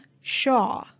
Shaw